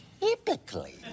Typically